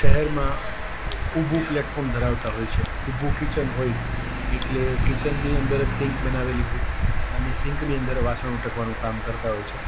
શહેરમાં ઊભું પ્લેટફોર્મ ધરાવતાં હોય છે ઊભું કીચન હોય એટલે કિચનની અંદર જ સિંક બનાવેલી હોય અને સિંકની અંદર વાસણ ઉટકવાનું કામ કરતાં હોય છે